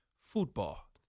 football